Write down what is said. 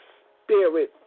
spirit